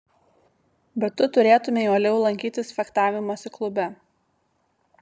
bet tu turėtumei uoliau lankytis fechtavimosi klube